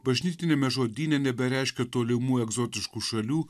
bažnytiniame žodyne nebereiškia tolimų egzotiškų šalių